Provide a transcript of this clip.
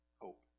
hope